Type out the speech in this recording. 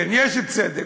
כן, יש צדק.